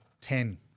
ten